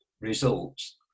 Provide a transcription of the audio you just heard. results